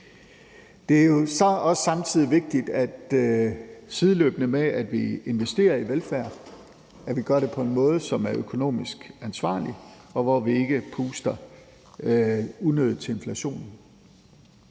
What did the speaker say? Det er jo så samtidig også vigtigt, at vi, sideløbende med at vi investerer i velfærden, gør det på en måde, som er økonomisk ansvarlig, og hvor vi ikke puster unødigt til inflationen.